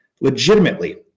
legitimately